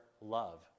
love